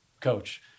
coach